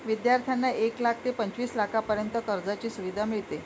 विद्यार्थ्यांना एक लाख ते पंचवीस लाखांपर्यंत कर्जाची सुविधा मिळते